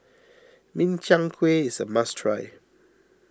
Min Chiang Kueh is a must try